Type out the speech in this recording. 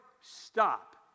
stop